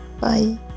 Bye